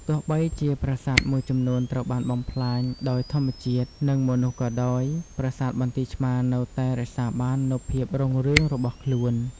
ទោះបីជាប្រាសាទមួយចំនួនត្រូវបានបំផ្លាញដោយធម្មជាតិ និងមនុស្សក៏ដោយ ប្រាសាទបន្ទាយឆ្មារនៅតែរក្សាបាននូវភាពរុងរឿងរបស់ខ្លួន។